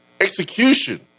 execution